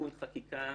חקיקה